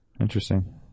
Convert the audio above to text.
Interesting